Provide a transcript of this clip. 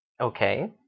Okay